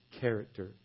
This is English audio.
character